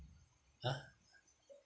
!huh!